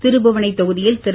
திருபுவனை தொகுதியில் திரு